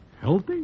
Healthy